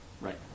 right